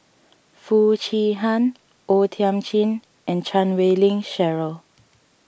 Foo Chee Han O Thiam Chin and Chan Wei Ling Cheryl